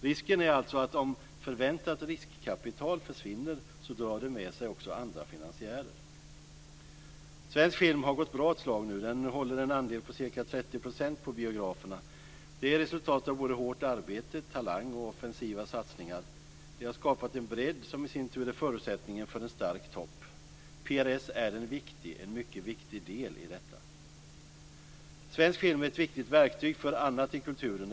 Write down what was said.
Risken är alltså att om förväntat riskkapital försvinner drar det också med sig andra finansiärer. Svensk film har gått bra ett tag nu. Den håller en andel på ca 30 % på biograferna. Det är resultatet av hårt arbete, talang och offensiva satsningar. Det har skapat en bredd som i sin tur är förutsättningen för en stark topp. PRS är en mycket viktig del i detta. Svensk film är ett viktigt verktyg för annat i kulturen.